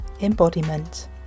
embodiment